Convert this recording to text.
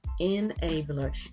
Enabler